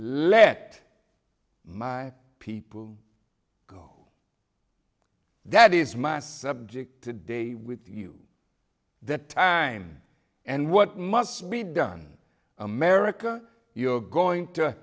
let my people go that is my subject to day with you that time and what must be done america you are going to